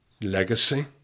legacy